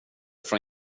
från